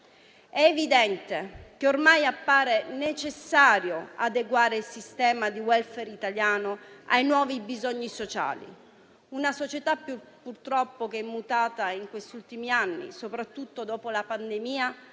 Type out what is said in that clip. È evidente che ormai appare necessario adeguare il sistema di *welfare* italiano ai nuovi bisogni sociali. Una società che purtroppo è mutata in questi ultimi anni, soprattutto dopo la pandemia,